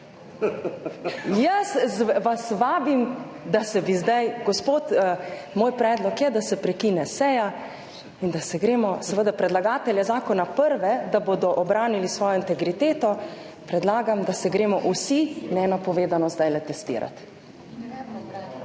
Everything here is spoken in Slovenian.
Jaz vas vabim, da bi se zdaj … Gospod, moj predlog je, da se prekine seja in da se gremo – seveda predlagatelji zakona prvi, da bodo ubranili svojo integriteto – vsi nenapovedano zdajle testirat